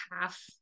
half